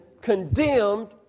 condemned